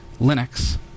Linux